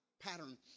pattern